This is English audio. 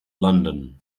london